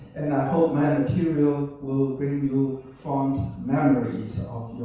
and i hope my material will bring you fond memories